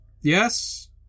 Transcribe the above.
Yes